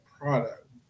product